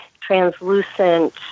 translucent